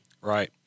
Right